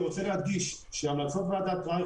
אני רוצה להדגיש שהמלצות ועדת רייך